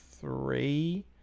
three